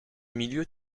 milieu